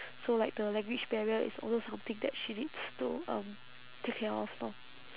so like the language barrier is also something that she needs to um take care of lor